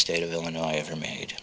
state of illinois ever made